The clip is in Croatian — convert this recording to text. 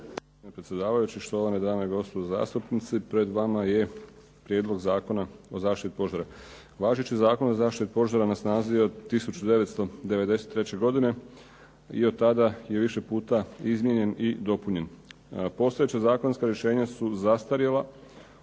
Hvala i vama.